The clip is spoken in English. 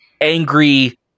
angry